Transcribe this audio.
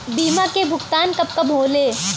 बीमा के भुगतान कब कब होले?